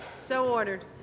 so ordered.